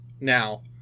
now